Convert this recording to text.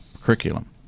curriculum